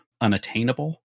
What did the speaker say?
unattainable